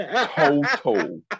Total